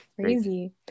crazy